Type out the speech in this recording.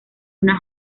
una